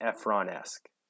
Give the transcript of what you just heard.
Efron-esque